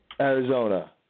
Arizona